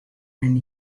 and